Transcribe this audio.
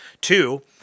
Two